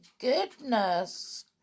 goodness